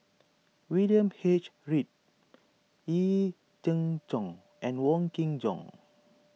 William H Read Yee Jenn Jong and Wong Kin Jong